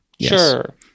Sure